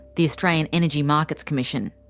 the australian energy markets commission.